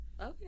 Okay